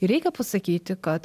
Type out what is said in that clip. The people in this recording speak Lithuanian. ir reikia pasakyti kad